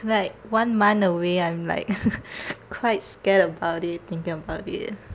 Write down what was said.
like one month away I'm like quite scared about it thinking about it